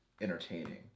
entertaining